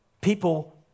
People